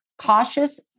cautious